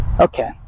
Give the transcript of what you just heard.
Okay